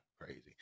Crazy